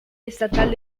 estatal